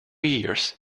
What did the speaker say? years